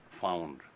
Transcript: found